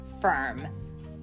firm